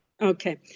Okay